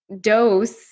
dose